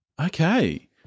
Okay